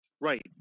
Right